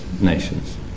nations